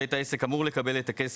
בית העסק אמור לקבל את הכסף,